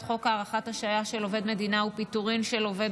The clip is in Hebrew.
חוק הארכת השעיה של עובד מדינה ופיטורין של עובד